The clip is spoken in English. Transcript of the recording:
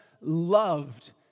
loved